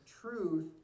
truth